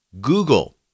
google